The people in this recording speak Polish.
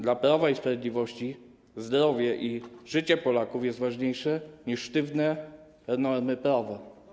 Dla Prawa i Sprawiedliwości zdrowie i życie Polaków jest ważniejsze niż sztywne normy prawa.